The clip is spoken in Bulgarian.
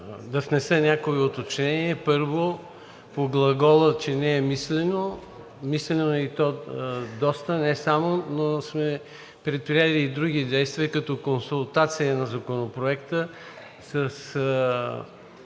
да внеса някои уточнения. Първо, по глагола, че не е мислено – мислено е, и то доста. Не само, но сме предприели и други действия, като консултация на Законопроекта със